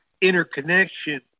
interconnection